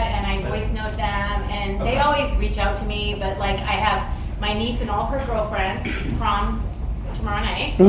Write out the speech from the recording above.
and i voicenote them. and they always reach out to me, but, like, i have my niece and all of her girlfriends, it's prom tomorrow night,